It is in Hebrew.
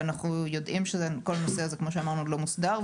ואנחנו יודעים שכל הנושא הזה כמו שאמרנו הוא לא מוסדר,